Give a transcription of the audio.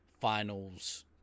finals